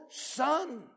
Son